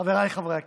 חבריי חברי הכנסת,